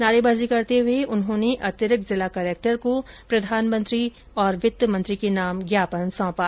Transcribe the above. नारेबाजी करते हए उन्होंने अतिरिक्त जिला कलक्टर को प्रधानमंत्री और वित्त मंत्री के नाम ज्ञापन सौंपा